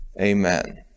amen